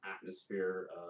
atmosphere